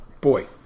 Boy